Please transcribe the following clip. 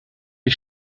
ich